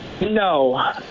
No